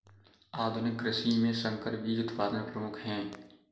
आधुनिक कृषि में संकर बीज उत्पादन प्रमुख है